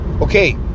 Okay